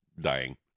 dying